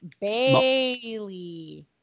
bailey